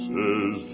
Says